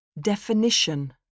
Definition